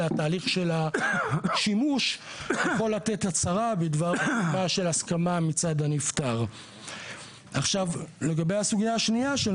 ן מתוך מטרה להביא לקריאה ראשונה את